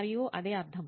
మరియు అదే అర్థం